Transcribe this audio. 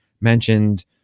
mentioned